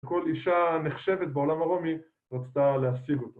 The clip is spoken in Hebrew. כל אישה נחשבת בעולם הרומי רצתה להשיג אותו.